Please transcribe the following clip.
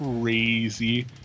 crazy